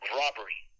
robbery